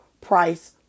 price